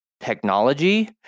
technology